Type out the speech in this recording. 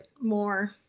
more